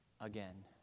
again